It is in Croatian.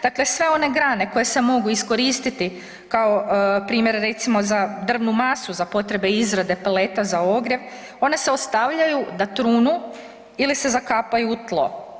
Dakle, sve one grane koje se mogu iskoristiti kao, primjer, recimo za drvnu masu za potrebe izrade peleta za ogrjev, one se ostavljaju da trunu ili se zakapaju u tlo.